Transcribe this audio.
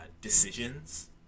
decisions